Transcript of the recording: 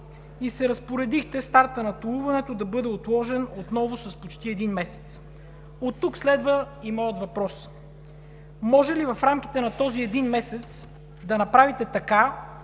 и се разпоредихте стартът на толуването да бъде отложен отново с почти един месец. Оттук следва и моят въпрос: може ли в рамките на този един месец да направите така,